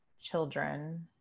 children